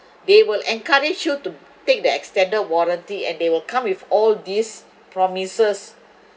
they will encourage you to take the extended warranty and they will come with all these promises